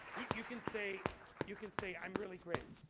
you can say you can say i'm really great.